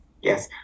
Yes